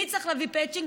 מי צריך להביא מצ'ינג?